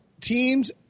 teams